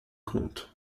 compte